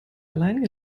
allein